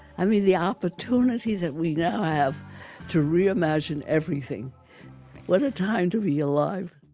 i mean the opportunity that we now have to reimagine everything what a time to be alive